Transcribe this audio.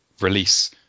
release